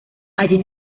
allí